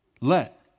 Let